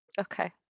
okay